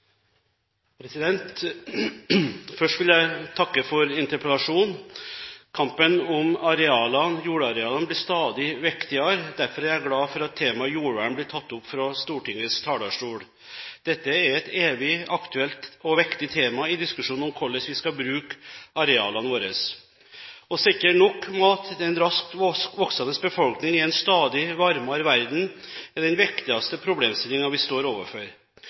jeg glad for at temaet jordvern blir tatt opp fra Stortingets talerstol. Dette er et evig aktuelt og viktig tema i diskusjonen om hvordan vi skal bruke arealene våre. Å sikre nok mat til en raskt voksende befolkning i en stadig varmere verden er den viktigste problemstillingen vi står overfor.